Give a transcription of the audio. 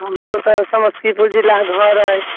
हमरो तऽ समस्तीपुर जिला घर अइ